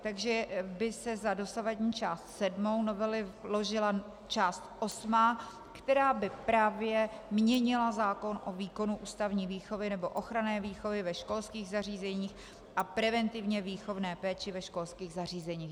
Takže by se za dosavadní část sedmou novely vložila část osmá, která by měnila zákon o výkonu ústavní výchovy nebo ochranné výchovy ve školských zařízeních a preventivně výchovné péči ve školských zařízeních.